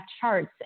charts